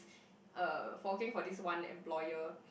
uh working for this one employer